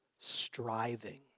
striving